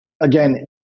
again